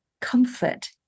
comfort